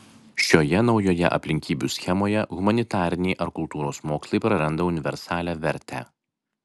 šioje naujoje aplinkybių schemoje humanitariniai ar kultūros mokslai praranda universalią vertę